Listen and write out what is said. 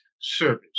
service